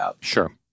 Sure